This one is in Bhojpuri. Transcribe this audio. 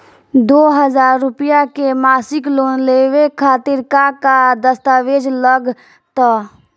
दो हज़ार रुपया के मासिक लोन लेवे खातिर का का दस्तावेजऽ लग त?